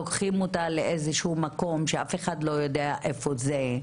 לוקחים אותה לאיזשהו מקום שאף אחד לא יודע איפה זה,